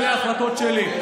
אלה החלטות שלי.